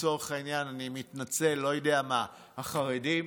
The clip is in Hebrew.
לצורך העניין, אני מתנצל, אני לא יודע מה, החרדים,